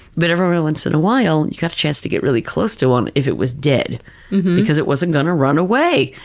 but every once in a while you'd have a chance to get really close to one if it was dead because it wasn't going to run away.